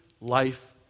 life